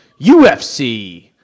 UFC